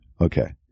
Okay